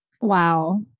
Wow